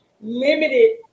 limited